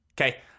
Okay